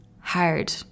hard